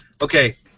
Okay